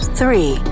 three